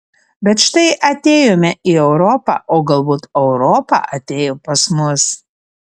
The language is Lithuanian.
bet štai atėjome į europą o galbūt europa atėjo pas mus